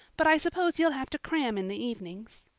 but i suppose you'll have to cram in the evenings.